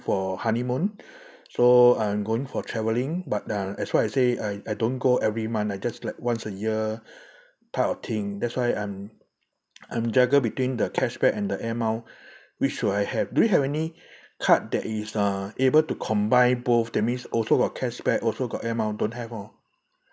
for honeymoon so I'm going for travelling but uh as what I say I I don't go every month I just like once a year type of thing that's why I'm I'm juggle between the cashback and the air mile which should I have do you have any card that is uh able to combine both that means also got cashback also got air mile don't have hor